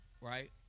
right